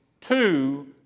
two